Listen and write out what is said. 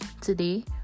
Today